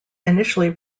initially